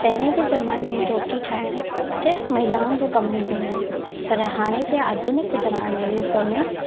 पहिरें जे जमाने में रोटी ठाहिण सिर्फ़ु महिलाउनि जो कमु हूंदो हुओ पर हाणे जे आधुनिक जमाने युग में